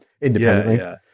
independently